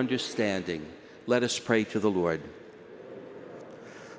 understanding let us pray to the lord